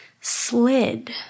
slid